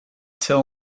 till